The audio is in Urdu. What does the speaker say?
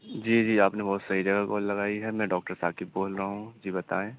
جی جی آپ نے بہت صحیح جگہ کال لگائی ہے میں ڈاکٹر ثاقب بول رہا ہوں جی بتائیں